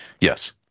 Yes